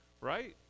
right